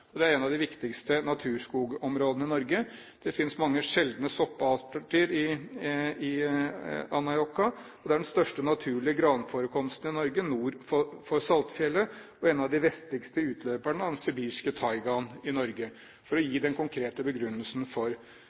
og det er et av de viktigste naturskogområdene i Norge. Det finnes mange sjeldne sopparter i Anárjohka, og det er den største naturlige granforekomsten i Norge nord for Saltfjellet og en av de vestligste utløperne av den sibirske taigaen i Norge – for å gi den konkrete begrunnelsen for